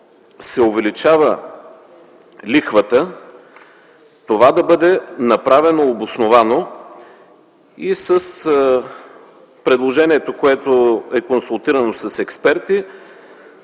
се увеличава лихвата, това да бъде направено обосновано. В предложението, което е консултирано с експерти,